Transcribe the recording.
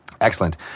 excellent